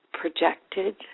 projected